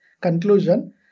conclusion